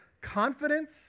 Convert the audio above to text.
confidence